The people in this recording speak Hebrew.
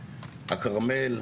הכרמל,